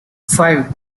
five